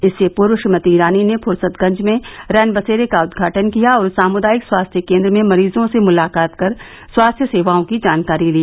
इससे पूर्व श्रीमती ईरानी ने फुरसतगंज में रैनबसेरे का उद्घाटन किया और सामुदायिक स्वास्थ्य केंद्र में मरीजों से मुलाकात कर स्वास्थ्य सेवाओं की जानकारी ली